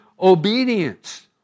obedience